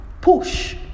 push